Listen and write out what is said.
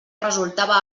resultava